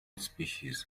species